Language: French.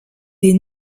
des